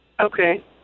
Okay